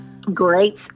Great